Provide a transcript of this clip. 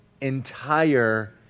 entire